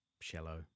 shallow